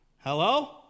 Hello